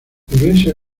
iglesia